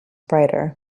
brighter